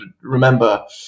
remember